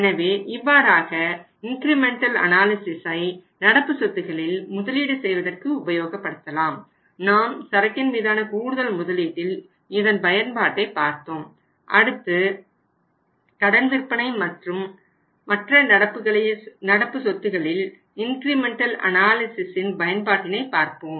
எனவே இவ்வாறாக இன்கிரிமெண்டல் அனாலிசிஸை பயன்பாட்டினை பார்ப்போம்